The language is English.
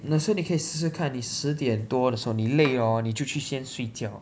那 so 你可以试试看你十点多的时候你累 hor 你就去先睡觉